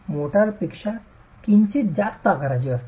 मोर्टारपेक्षा किंचित जास्त आकाराचे असतात